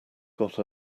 got